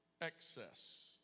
excess